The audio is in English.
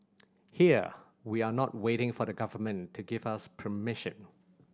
here we are not waiting for the Government to give us permission